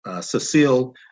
Cecile